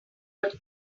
out